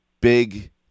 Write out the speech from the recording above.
big